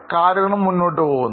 കാര്യങ്ങൾ മുന്നോട്ട് പോകുന്നു